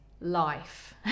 life